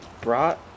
brought